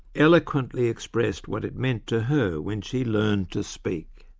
eloquently expressed what it meant to her when she learned to speak.